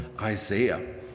Isaiah